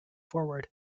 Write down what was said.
forward